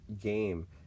Game